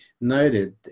noted